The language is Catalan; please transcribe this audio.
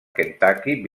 kentucky